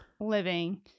living